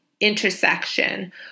intersection